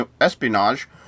espionage